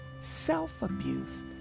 self-abuse